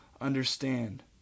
understand